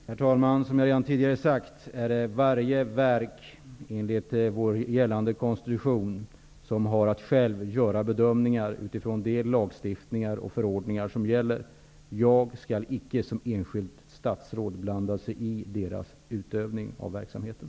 Herr talman! Som jag redan tidigare har sagt har varje verk, enligt vår gällande konstitution, att göra bedömningar utifrån de lagar och förordningar som gäller. Jag skall icke som enskilt statsråd blanda mig i deras utövning av verksamheten.